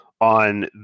on